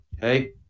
Hey